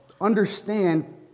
understand